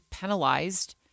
penalized